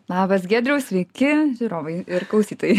labas giedriau sveiki žiūrovai ir klausytojai